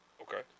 Okay